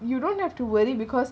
you don't have to worry because